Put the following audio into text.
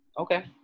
Okay